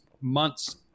month's